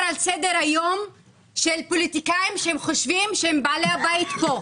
לסדר יום למראה מציאות של פוליטיקאים שהם חושבים שהם בעלי הבית פה.